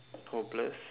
hopeless